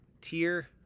Tier